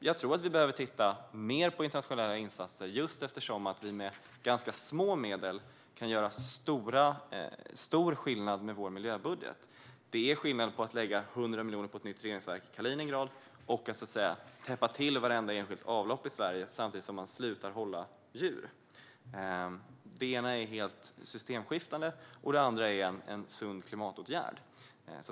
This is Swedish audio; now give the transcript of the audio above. Jag tror att vi behöver titta mer på internationella insatser, eftersom vi då med ganska små medel kan göra stor skillnad med vår miljöbudget. Det är skillnad på att lägga 100 miljoner på ett nytt reningsverk i Kaliningrad och att täppa till vartenda enskilt avlopp i Sverige samtidigt som man slutar hålla djur. Det ena är helt systemskiftande, det andra är en sund klimatåtgärd.